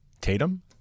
Tatum